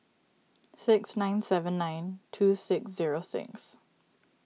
six nine seven nine two six zero six